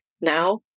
now